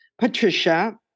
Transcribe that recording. Patricia